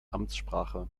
amtssprache